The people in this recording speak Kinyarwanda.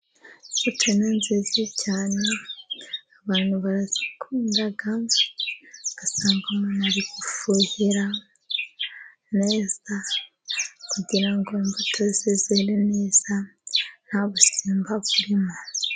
Imbuto ni nziza cyane, abantu barazikunda, ugasanga umuntu ari gufuhira neza, kugira ngo imbuto zizere neza nta busimba burimo.